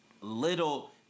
little